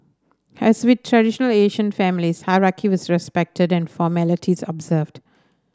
as with traditional Asian families hierarchy was respected and formalities observed